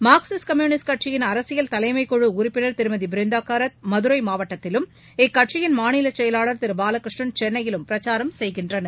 Marxist communist கட்சியின் அரசியல் தலைமைக்குழு உறுப்பினர் திருமதி பிருந்தா காரத் மதுரை மாவட்டத்திலும் இக்கட்சியின் மாநிலச் செயவாளர் திரு பாலகிருஷ்ணன் சென்னையிலும் பிரச்சாரம் செய்கின்றனர்